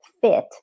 fit